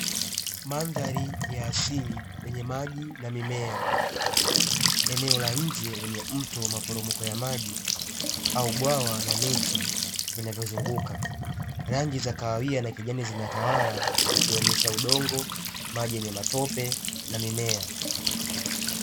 Mandhari ya asili yenye maji na mimea, eneo la nje lenye mto, maporomoko ya maji au bwawa na miti vinavyozunguka, rangi za kahawia na kijani zinatawala, zikionyesha udongo, maji yenye matope na mimea.